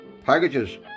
packages